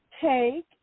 Take